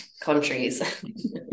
countries